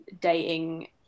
dating